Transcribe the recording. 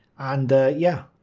and yeah,